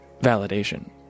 validation